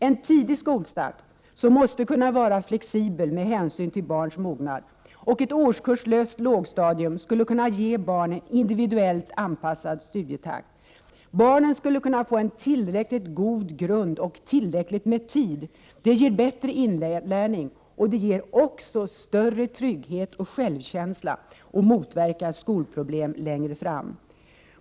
En tidig skolstart — som måste kunna vara flexibel med hänsyn till barns mognad — och ett årskurslöst lågstadium skulle kunna ge barn en individuellt anpassad studietakt. Barnen skulle kunna få en tillräckligt god grund och tillräckligt med tid. Det ger bättre inlärning och större trygghet och självkänsla, och det motverkar skolproblem längre fram.